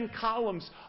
columns